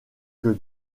que